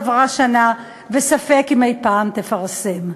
עברה שנה, וספק אם אי-פעם תפרסם.